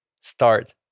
start